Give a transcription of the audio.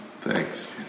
Thanks